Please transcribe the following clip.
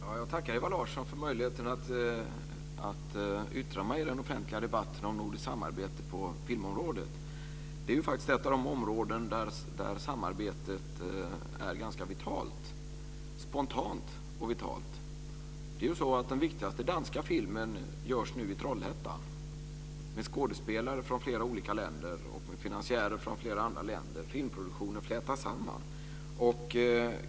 Fru talman! Jag tackar Ewa Larsson för möjligheten att yttra mig i den offentliga debatten om nordiskt samarbete på filmområdet. Det är faktiskt ett av de områden där samarbetet är ganska spontant och vitalt. Det är ju så att den viktigaste danska filmen nu görs i Trollhättan med skådespelare från flera olika länder och med finansiärer från flera andra länder. Filmproduktionen flätas samman.